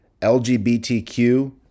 LGBTQ